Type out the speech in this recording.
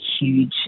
huge